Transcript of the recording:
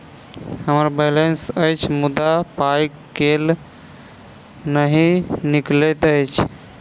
हम्मर बैलेंस अछि मुदा पाई केल नहि निकलैत अछि?